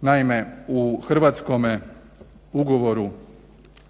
Naime u Hrvatskome ugovoru